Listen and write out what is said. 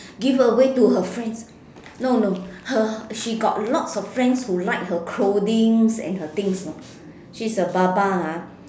give away to her friends no no her she got lots of friends who like her clothings and her things you know she's a baba ah